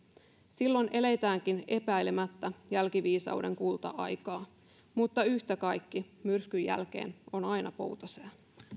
silloin eletäänkin epäilemättä jälkiviisauden kulta aikaa yhtä kaikki myrskyn jälkeen on aina poutasää